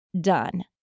done